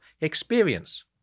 experience